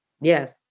Yes